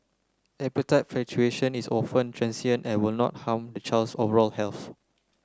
appetite fluctuation is often transient and will not harm the child's overall health